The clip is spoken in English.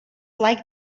like